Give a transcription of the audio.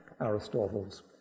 Aristotle's